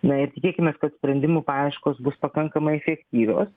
na ir tikėkimės kad sprendimų paieškos bus pakankamai efektyvios